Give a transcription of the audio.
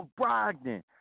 Brogdon